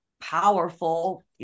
powerful